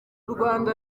rwanda